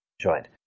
joined